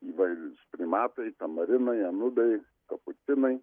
įvairiūs primatai tamarinai anudai kapucinai